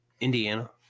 Indiana